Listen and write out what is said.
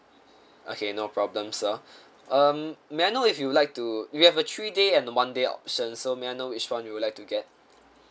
okay no problem sir um may I know if you would like to you have a three day and one day options so may I know which one you would like to get